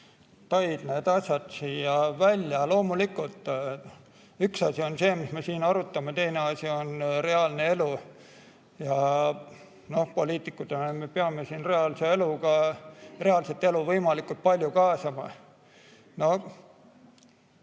tõid need asjad välja! Loomulikult, üks asi on see, mis me siin arutame, ja teine asi on reaalne elu. Poliitikutena me peame siin reaalset elu võimalikult palju kaasama.